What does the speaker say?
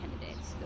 candidates